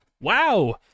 Wow